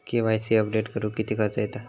KYC update करुक किती खर्च येता?